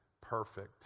perfect